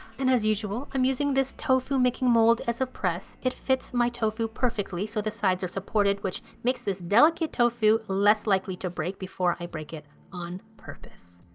and as usual, i'm using this tofu-making mold as a press. it fits my tofu perfectly so the sides are supported which makes this delicate tofu less likely to break before i break it on purpose.